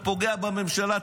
אתה פוגע בממשלה,